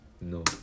No